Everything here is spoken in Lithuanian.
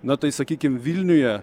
na tai sakykim vilniuje